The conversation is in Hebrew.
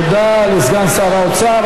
תודה לסגן שר האוצר.